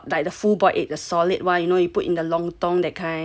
how about like the full boiled egg the solid one you know you put in the lontong that kind